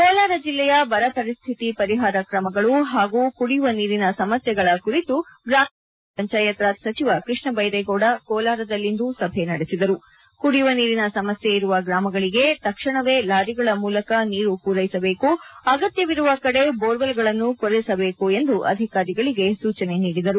ಕೋಲಾರ ಜಿಲ್ಲೆಯ ಬರಪರಿಸ್ಥಿತಿ ಪರಿಹಾರ ಕ್ರಮಗಳು ಹಾಗೂ ಕುಡಿಯುವ ನೀರಿನ ಸಮಸ್ಥೆಗಳ ಕುರಿತು ಗೂಮೀಣಾಭಿವೃದ್ದಿ ಪಾಗೂ ಪಂಚಾಯತ್ ರಾಜ್ ಸಚಿವ ಕೃಷ್ಣ ಬೈರೇಗೌಡ ಕೋಲಾರದಲ್ಲಿಂದು ಸಭೆ ನಡೆಸಿದರು ಕುಡಿಯುವ ನೀರಿನ ಸಮಸ್ಕೆ ಇರುವ ಗ್ರಾಮಗಳಿಗೆ ತಕ್ಷಣವೇ ಲಾರಿಗಳ ಮೂಲಕ ನೀರು ಪೂರೈಸಬೇಕು ಅಗತ್ಯವಿರುವ ಕಡೆ ಬೋರ್ವೆಲ್ಗಳನ್ನು ಕೊರೆಸಬೇಕು ಎಂದು ಅಧಿಕಾರಿಗಳಿಗೆ ಸೂಚನೆ ನೀಡಿದರು